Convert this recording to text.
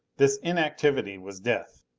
this inactivity was death.